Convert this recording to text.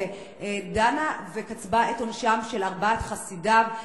שדנה וקצבה את עונשם של ארבעת חסידיו,